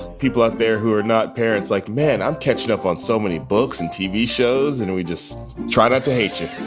people out there who are not parents. like, man, i'm catching up on so many books and tv shows. and we just trying not to hate you